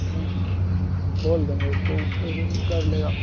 बोल देंगे उसको ऊ वैसे भी कर लेगा